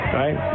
right